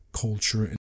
culture